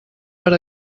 per